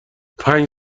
پنج